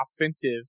offensive